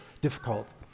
difficult